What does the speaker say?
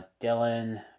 Dylan